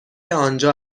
آنجا